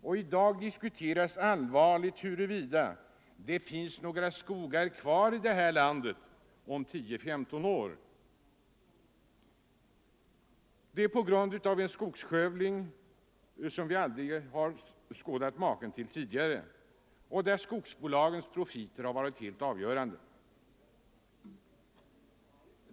Och i dag diskuteras allvarligt huruvida det finns några skogar kvar i det här landet om 10-15 år — detta på grund av en skogsskövling som vi aldrig har skådat maken till tidigare och där skogsbolagens profiter har varit helt avgörande.